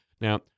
Now